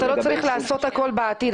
אתה לא צריך לעשות הכול בעתיד,